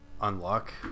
unlock